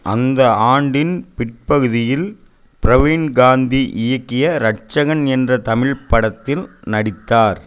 அந்த ஆண்டின் பிற்பகுதியில் பிரவீன் காந்தி இயக்கிய ரட்சகன் என்ற தமிழ் படத்தில் நடித்தார்